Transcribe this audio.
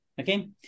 okay